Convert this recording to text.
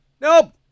nope